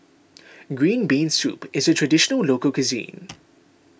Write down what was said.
Green Bean Soup is a Traditional Local Cuisine